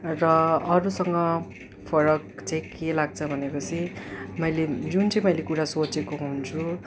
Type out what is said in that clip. र अरूसँग फरक चाहिँ के लाग्छ भनेपछि मैले जुन चाहिँ मैले कुरा सोचेको हुन्छु